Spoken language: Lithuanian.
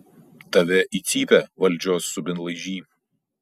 tave į cypę valdžios subinlaižy